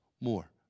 more